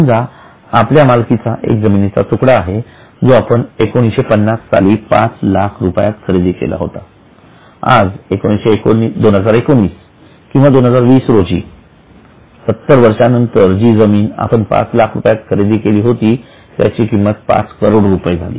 समजा आपल्या मालकीचा एक जमिनीचा तुकडा आहे जो आपण 1950 साली पाच लाखात खरेदी केला होता आज 2019 किंवा 2020 रोजी 70 वर्षानंतर जी जमीन आपण पाच लाख रुपयात खरेदी केली होती त्याची किंमत पाच करोड रुपये झाली